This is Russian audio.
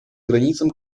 границам